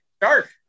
Dark